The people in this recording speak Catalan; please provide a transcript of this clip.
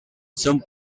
són